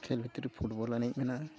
ᱠᱷᱮᱞ ᱵᱷᱤᱛᱨᱤ ᱨᱮ ᱯᱷᱩᱴᱵᱚᱞ ᱮᱱᱮᱡ ᱢᱮᱱᱟᱜᱼᱟ